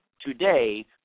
Today